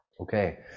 Okay